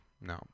no